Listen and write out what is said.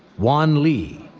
won lee.